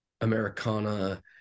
americana